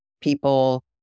People